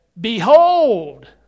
behold